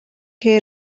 che